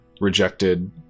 rejected